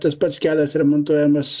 tas pats kelias remontuojamas